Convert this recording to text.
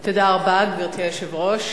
גברתי היושבת-ראש,